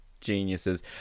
geniuses